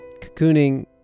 Cocooning